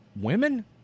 women